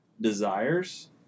desires